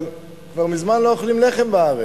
אבל כבר מזמן לא אוכלים לחם בארץ,